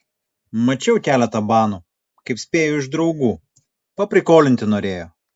mačiau keletą banų kaip spėju iš draugų paprikolinti norėjo